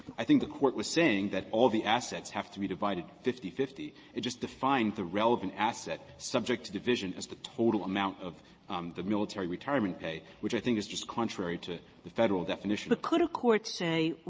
i think the court was saying that all the assets have to be divided fifty fifty and just defined the relevant asset subject to division as the total amount of the military retirement pay, which i think is just contrary to the federal definition. kagan but could a court say,